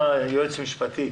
אוי, יועץ משפטי.